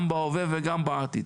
גם בהווה וגם בעתיד.